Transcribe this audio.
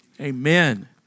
amen